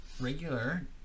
regular